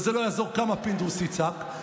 וזה לא יעזור כמה פינדרוס יצעק,